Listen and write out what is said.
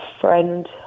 friend